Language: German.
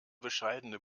bescheidene